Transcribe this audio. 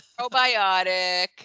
probiotic